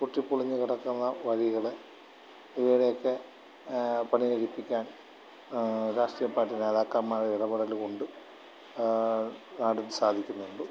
പൊട്ടിപ്പൊളിഞ്ഞ് കിടക്കുന്ന വഴികള് ഇതിന്റെയൊക്കെ പണികഴിപ്പിക്കാൻ രാഷ്ട്രീയപാർട്ടി നേതാക്കന്മാരുടെ ഇടപെടലുകൊണ്ട് നാടിന് സാധിക്കുന്നുണ്ട്